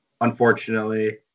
unfortunately